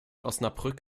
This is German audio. osnabrück